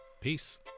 Peace